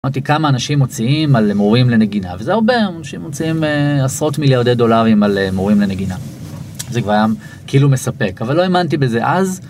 אמרתי, כמה אנשים מוציאים על מורים לנגינה, וזה הרבה, אנשים מוציאים עשרות מיליארדי דולרים על מורים לנגינה. זה כבר היה כאילו מספק, אבל לא האמנתי בזה אז.